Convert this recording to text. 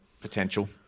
potential